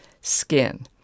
skin